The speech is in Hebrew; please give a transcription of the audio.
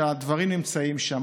שהדברים נמצאים שם,